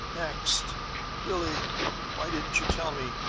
next billie why didn't you tell me?